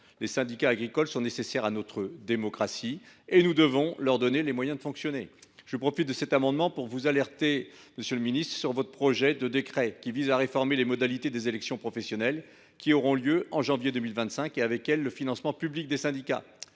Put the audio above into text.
Les syndicats agricoles sont nécessaires à notre démocratie et nous devons leur donner les moyens de fonctionner. Monsieur le ministre, je profite de la défense de cet amendement pour vous alerter sur le projet de décret qui vise à réformer les modalités des élections professionnelles, qui auront lieu en janvier 2025, et, avec elles, le financement public des syndicats.